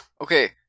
Okay